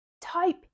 Type